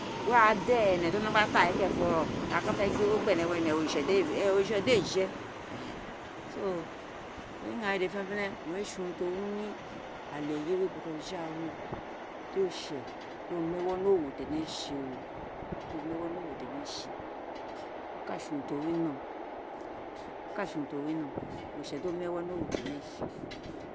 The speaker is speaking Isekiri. Were a da enẹ ti o nọ gba ta kẹrẹnfo, aka fe gbé ogho gbe ni ehoo ene oritse oritse de éè je so ighaan dede ferefene owun ré sé urun ti o wiho ale ayé bojoghanoe, di oritse do mu ewo ni owo tieene sé okáà sé urun ti o who oritse do ere ene nu ji ene